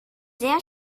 sehr